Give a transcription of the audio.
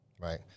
Right